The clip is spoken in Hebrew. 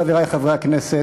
חברי חברי הכנסת,